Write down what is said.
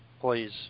please